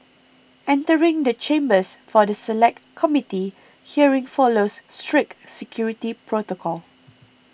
entering the chambers for the Select Committee hearing follows strict security protocol